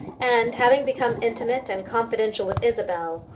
and having become intimate and confidential with isabel,